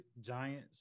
Giants